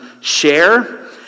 share